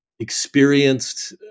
Experienced